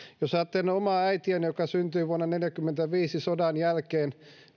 jos ajattelen omaa äitiäni joka syntyi vuonna neljäkymmentäviisi sodan jälkeen